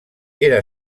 era